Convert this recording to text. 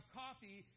coffee